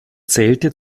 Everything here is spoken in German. zählte